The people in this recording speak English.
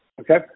okay